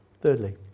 thirdly